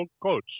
coach